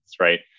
right